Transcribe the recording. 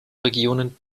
regionen